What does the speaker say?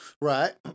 Right